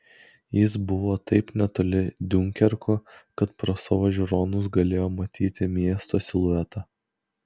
jis buvo taip netoli diunkerko kad pro savo žiūronus galėjo matyti miesto siluetą